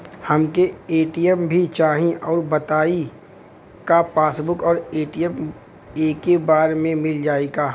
हमके ए.टी.एम भी चाही राउर बताई का पासबुक और ए.टी.एम एके बार में मील जाई का?